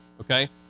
okay